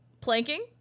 planking